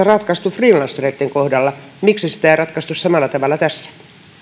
ratkaistu freelancereitten kohdalla miksi sitä ei ratkaistu samalla tavalla tässä